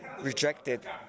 rejected